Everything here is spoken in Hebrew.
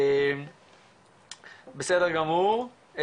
בסדר גמור,